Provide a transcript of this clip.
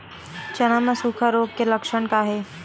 चना म सुखा रोग के लक्षण का हे?